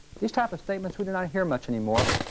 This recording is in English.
these type of statements we do not hear much anymore,